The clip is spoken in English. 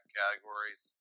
categories